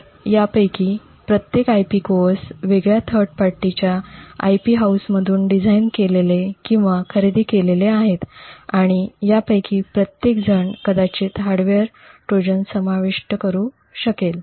तर यापैकी प्रत्येक IP कोअर्स वेगळ्या थर्ड पार्टी च्या IP हाऊसकडून डिझाइन केलेले किंवा खरेदी केलेले आहेत आणि त्यापैकी प्रत्येकजण कदाचित हार्डवेअर ट्रोजन समाविष्ट करू शकेल